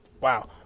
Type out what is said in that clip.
wow